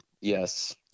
Yes